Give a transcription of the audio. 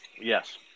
Yes